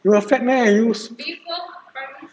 you were fat meh you